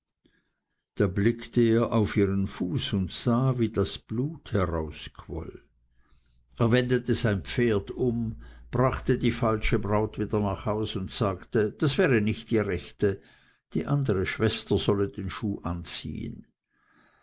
da blickte er auf ihren fuß und sah wie das blut herausquoll er wendete sein pferd um brachte die falsche braut wieder nach hause und sagte das wäre nicht die rechte die andere schwester solle den schuh anziehen